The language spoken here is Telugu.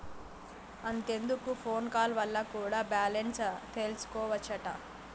అంతెందుకు ఫోన్ కాల్ వల్ల కూడా బాలెన్స్ తెల్సికోవచ్చట